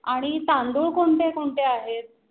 आणि तांदूळ कोणते कोणते आहेत